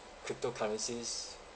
cryptocurrencies